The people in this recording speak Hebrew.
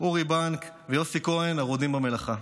אורי בנק ויוסי כהן, הרודים במלאכה.